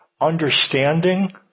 understanding